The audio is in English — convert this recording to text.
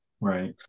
Right